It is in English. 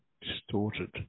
distorted